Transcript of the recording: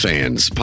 Fans